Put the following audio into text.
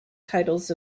titles